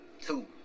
Two